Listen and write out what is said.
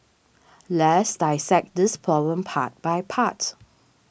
let's dissect this problem part by part